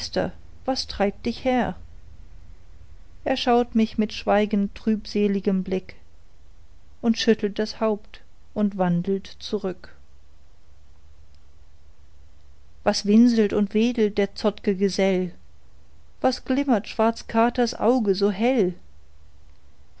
was treibt dich her er schaut mich mit schweigend trübseligem blick und schüttelt das haupt und wandelt zurück was winselt und wedelt der zottge gesell was glimmert schwarz katers auge so hell